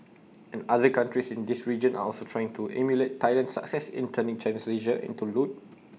and other countries in this region are also trying to emulate Thailand's success in turning Chinese leisure into loot